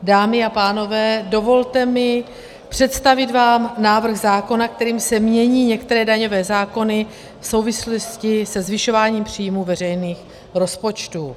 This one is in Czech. Dámy a pánové, dovolte mi představit vám návrh zákona, kterým se mění některé daňové zákony v souvislosti se zvyšováním příjmů veřejných rozpočtů.